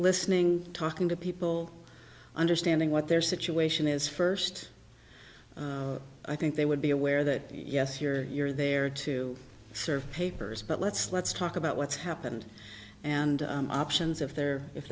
listening talking to people understanding what their situation is first i think they would be aware that yes you're you're there to serve papers but let's let's talk about what's happened and options if there if